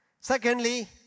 Secondly